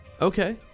Okay